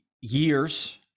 years –